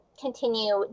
continue